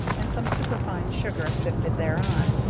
and some superfine sugar sifted thereon,